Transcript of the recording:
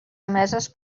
emeses